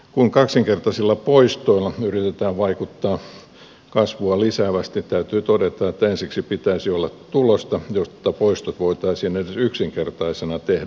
kun kaksinkertaisilla poistoilla yritetään vaikuttaa kasvua lisäävästi täytyy todeta että ensiksi pitäisi olla tulosta jotta poistot voitaisiin edes yksinkertaisena tehdä